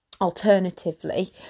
alternatively